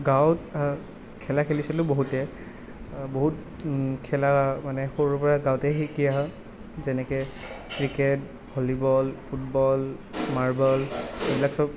গাঁৱত খেলা খেলিছিলোঁ বহুতে বহুত খেলা মানে সৰুৰপৰা গাঁৱতেই শিকি অহা যেনেকৈ ক্ৰিকেট ভলীবল ফুটবল মাৰ্বল এইবিলাক চব